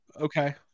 Okay